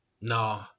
No